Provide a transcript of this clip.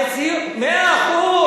מאה אחוז,